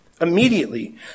Immediately